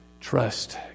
Trust